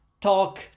talk